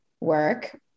work